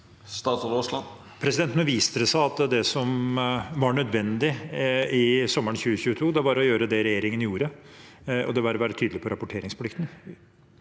Nå viste det seg at det som var nødvendig sommeren 2022, var å gjøre det regjeringen gjorde, og det var å være tydelig på rapporteringsplikten.